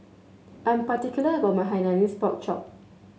I'm particular about my Hainanese Pork Chop